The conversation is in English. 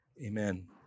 Amen